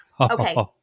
Okay